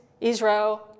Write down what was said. Israel